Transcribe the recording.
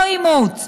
לא אימוץ,